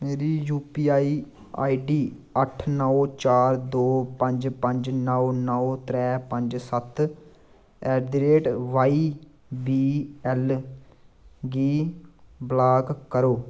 मेरी U P I I D अठ्ठ नौ चार दो पंज पंज नौ नौ त्रै पंज सत्त at the rate Y B L गी ब्लाक करो